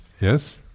yes